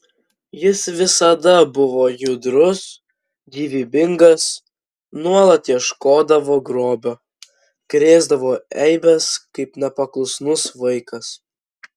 jis visada buvo judrus gyvybingas nuolat ieškodavo grobio krėsdavo eibes kaip nepaklusnus vaikas